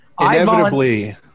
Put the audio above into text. Inevitably